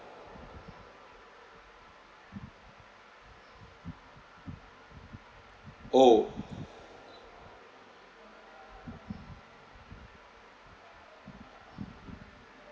oh